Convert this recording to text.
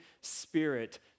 Spirit